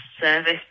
service